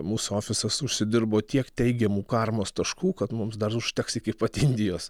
mūsų ofisas užsidirbo tiek teigiamų karmos taškų kad mums dar užteks iki pat indijos